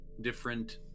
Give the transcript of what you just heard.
different